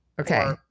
Okay